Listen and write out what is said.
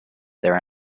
their